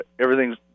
everything's